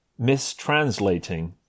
Mistranslating